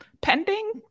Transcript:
pending